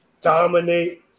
dominate